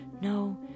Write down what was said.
No